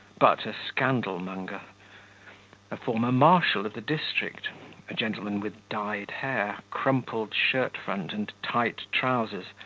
but a scandalmonger a former marshal of the district a gentleman with dyed hair, crumpled shirt front, and tight trousers,